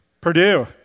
Purdue